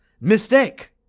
Mistake